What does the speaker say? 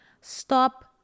Stop